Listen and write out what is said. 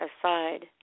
aside